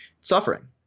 suffering